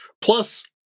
plus